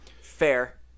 fair